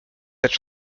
cette